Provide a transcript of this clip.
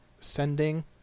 sending